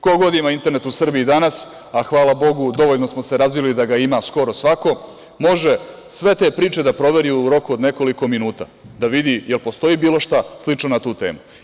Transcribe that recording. Ko god ima internet u Srbiji danas, a hvala Bogu, dovoljno smo se razvili da ga ima skoro svako, može sve te priče da proveri u roku od nekoliko minuta, da vidi jel postoji bilo šta slično na tu temu.